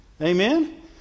Amen